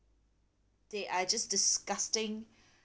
they are just disgusting